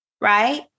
right